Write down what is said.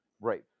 Right